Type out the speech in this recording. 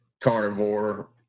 carnivore